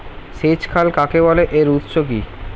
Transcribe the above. সেচ খাল কাকে বলে এর উৎস কি?